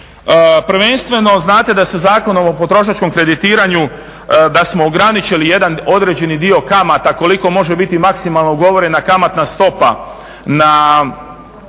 Prvenstveno znate da se Zakonom o potrošačkom kreditiranju da smo ograničili jedan određeni dio kamata koliko može biti maksimalno ugovorena kamatna stopa na